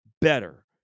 better